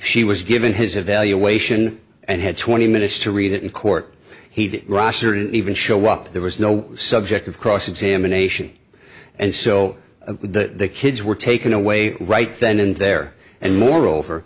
she was given his evaluation and had twenty minutes to read it in court he'd rostered even show up there was no subject of cross examination and so the kids were taken away right then and there and moreover